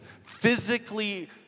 physically